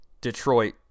Detroit